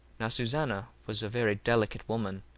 now susanna was a very delicate woman,